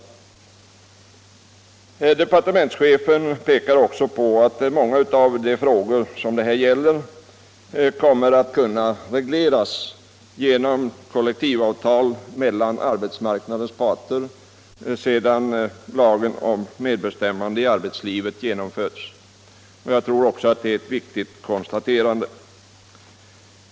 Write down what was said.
Kvinnor i statlig Departementschefen pekar också på att många av de frågor som det här gäller kommer att kunna regleras genom kollektivavtal mellan arbetsmarknadens parter sedan lagen om medbestämmande 1 arbetslivet trätt i kraft. Jag tror också att det är ett viktigt konstaterande.